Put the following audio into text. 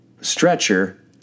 stretcher